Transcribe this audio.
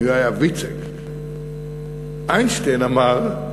איינשטיין אמר: